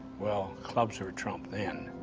well, clubs were trump then.